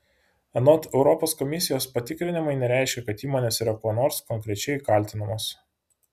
anot europos komisijos patikrinimai nereiškia kad įmonės yra kuo nors konkrečiai kaltinamos